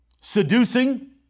seducing